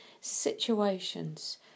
situations